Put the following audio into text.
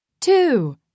Two